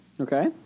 Okay